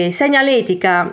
segnaletica